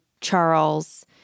Charles